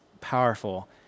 powerful